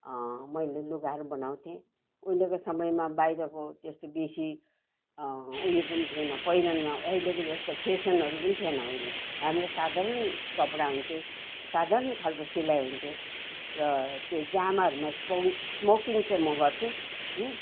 मैले लुगाहरू बनाउथेँ उहिलेको समयमा बाहिरको त्यस्तो बेसी उयो पनि थिएन पहिरनमा अहिलेको जस्तो फेसनहरू पनि थिएन उहिले हाम्रो साधारण कपडा हुन्थ्यो साधारण खालको सिलाई हुन्थ्यो र त्यो जामाहरूमा इस्पोङ इस्मोकिङ चाहिँ म गर्थेँ